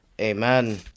Amen